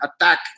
attack